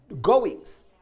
goings